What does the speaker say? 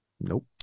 Nope